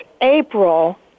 April